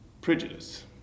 prejudice